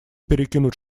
перекинут